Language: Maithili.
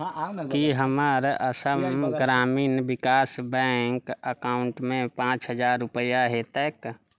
हाँ आउ नऽ की हमर असम ग्रामीण विकास बैङ्क अकाउन्टमे पाँच हजार रुपआ हेतैक